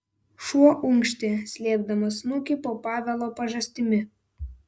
šuo unkštė slėpdamas snukį po pavelo pažastimi